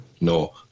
No